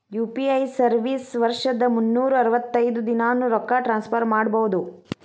UPI service ವರ್ಷದ್ ಮುನ್ನೂರ್ ಅರವತ್ತೈದ ದಿನಾನೂ ರೊಕ್ಕ ಟ್ರಾನ್ಸ್ಫರ್ ಮಾಡ್ಬಹುದು